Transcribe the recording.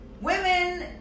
Women